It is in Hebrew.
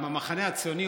המחנה הציוני,